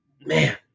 Man